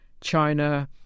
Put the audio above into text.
China